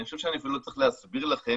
אני חושב שאני אפילו לא צריך להסביר לכם,